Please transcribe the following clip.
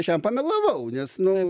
aš jam pamelavau nes nu